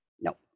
No